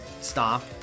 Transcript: stop